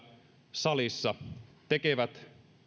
salissa tekevät